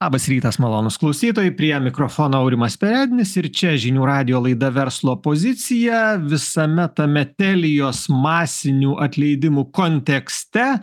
labas rytas malonūs klausytojai prie mikrofono aurimas perednis ir čia žinių radijo laida verslo pozicija visame tame trlijos masinių atleidimų kontekste